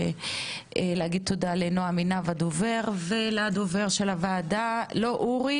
ולנועם עינב הדובר ולדובר הוועדה מאיר,